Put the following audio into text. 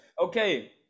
Okay